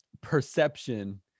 perception